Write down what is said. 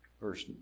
Verse